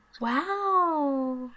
wow